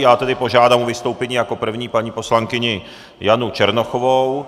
Já tedy požádám o vystoupení jako první paní poslankyni Janu Černochovou.